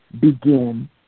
begin